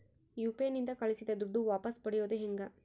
UPI ನಿಂದ ಕಳುಹಿಸಿದ ದುಡ್ಡು ವಾಪಸ್ ಪಡೆಯೋದು ಹೆಂಗ?